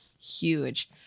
Huge